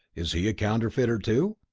is he a counterfeiter, too?